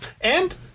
And-